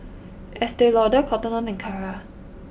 Estee Lauder Cotton On and Kara